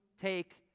take